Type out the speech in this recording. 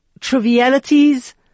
trivialities